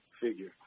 figure